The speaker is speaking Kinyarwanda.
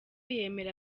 yemera